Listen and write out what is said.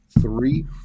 three